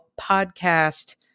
podcast